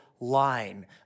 line